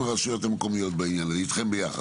הרשויות המקומיות בעניין הזה איתכם ביחד?